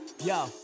Yo